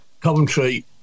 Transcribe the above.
Coventry